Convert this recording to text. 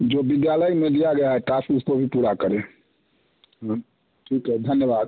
जो विद्यालय में दिया गया है टास्क उसको भी पूरा करें हाँ ठीक है धन्यवाद